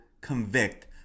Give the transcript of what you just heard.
convict